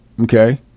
Okay